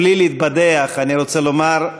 באמת, בלי להתבדח, אני רוצה לומר,